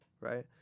right